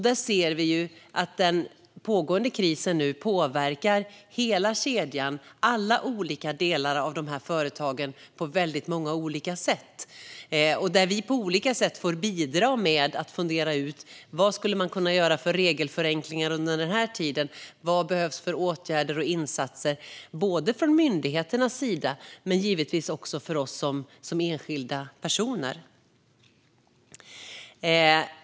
Där ser vi hur den pågående krisen nu påverkar hela kedjan, alla olika delar av dessa företag, på många olika sätt. Där får vi på olika sätt bidra med att fundera ut vilka regelförenklingar som skulle göras under denna tid. Vilka åtgärder och insatser behövs från myndigheternas sida men givetvis också från oss som enskilda personer?